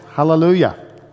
hallelujah